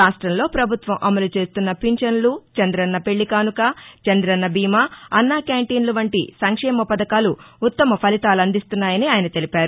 రాష్టంలో పభుత్వం అమలు చేస్తున్న పింఛనులు చందన్న పెళ్ళికాసుక చందన్న బీమ అన్న క్యాంటీన్లు వంటి సంక్షేమ పథకాలు ఉత్తమ ఫలితాలు అందిస్తున్నాయని ఆయన తెలిపారు